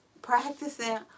Practicing